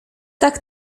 tak